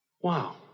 Wow